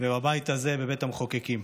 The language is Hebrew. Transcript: ובבית הזה, בבית המחוקקים.